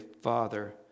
Father